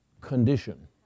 condition